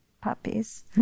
puppies